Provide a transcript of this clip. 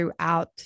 throughout